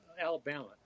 Alabama